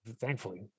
thankfully